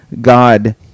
God